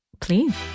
please